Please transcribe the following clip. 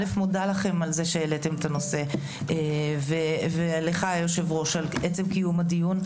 א' מודה לכם על כך שהעליתם את הנושא ולך יושב הראש על עצם קיום הדיון.